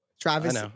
Travis